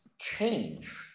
change